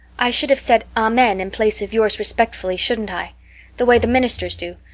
i should have said, amen in place of yours respectfully shouldn't i the way the ministers do.